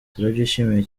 turabyishimiye